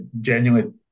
genuinely